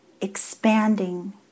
expanding